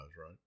right